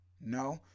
No